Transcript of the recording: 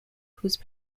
whose